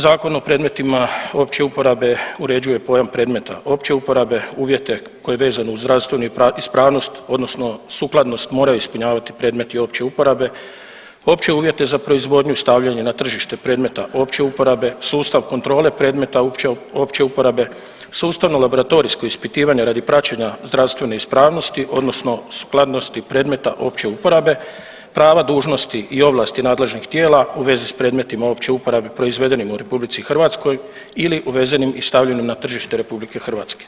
Zakon o predmetima opće uporabe uređuje pojam predmeta opće uporabe, uvjete koji vezano uz zdravstvenu ispravnost odnosno sukladno moraju ispunjavati predmeti opće uporabe, opće uvjete za proizvodnju i stavljanje na tržište predmeta opće uporabe, sustav kontrole predmeta opće uporabe, sustavno laboratorijsko ispitivanje radi praćenja zdravstvene ispravnosti odnosno sukladnosti predmeta opće uporabe, prava, dužnosti i ovlasti nadležnih tijela u vezi s predmetima opće uporabe proizvedenima u RH ili uvezenim i stavljenim na tržište RH.